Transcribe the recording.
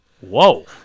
Whoa